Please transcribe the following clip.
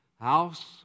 house